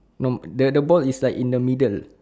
no the the ball is like in the middle